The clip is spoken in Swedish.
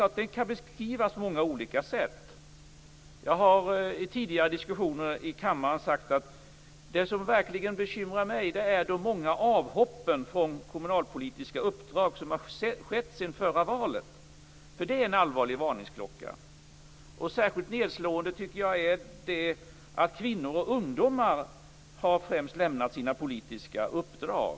Det kan beskrivas på många olik sätt. Jag har i tidigare diskussioner i kammaren sagt att det som verkligen bekymrar mig är de många avhoppen från kommunalpolitiska uppdrag som har skett sedan förra valet. Det är en allvarlig varningsklocka. Särskilt nedslående är det att det är främst kvinnor och ungdomar som har lämnat sina politiska uppdrag.